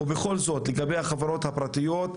בכל זאת לגבי החברות הפרטיות,